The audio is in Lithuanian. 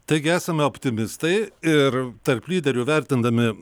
taigi esame optimistai ir tarp lyderių vertindami